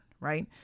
Right